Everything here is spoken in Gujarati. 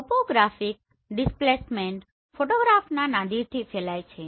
ટોપોગ્રાફિક ડિસ્પ્લેસમેન્ટ ફોટોગ્રાફના નાદિરથી ફેલાય છે